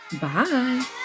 Bye